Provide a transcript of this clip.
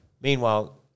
Meanwhile